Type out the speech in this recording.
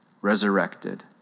resurrected